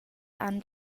han